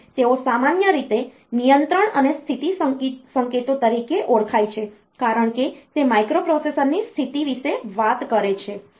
અને તેઓ સામાન્ય રીતે નિયંત્રણ અને સ્થિતિ સંકેતો તરીકે ઓળખાય છે કારણ કે તે માઇક્રોપ્રોસેસરની સ્થિતિ વિશે વાત કરે છે